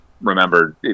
remember